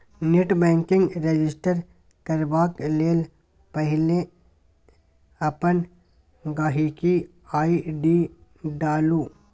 net banking register करबाक लेल पहिने अपन गांहिकी आइ.डी डालु